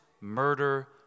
murder